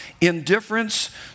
indifference